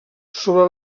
sobre